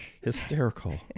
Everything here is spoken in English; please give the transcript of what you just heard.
Hysterical